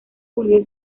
julio